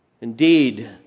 Indeed